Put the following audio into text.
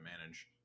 manage